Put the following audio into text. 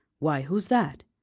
why, who's that?